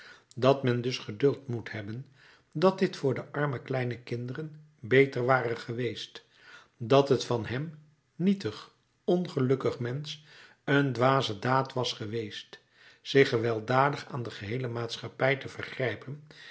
dat men dus geduld moet hebben dat dit voor de arme kleine kinderen beter ware geweest dat het van hem nietig ongelukkig mensch een dwaze daad was geweest zich gewelddadig aan de geheele maatschappij te vergrijpen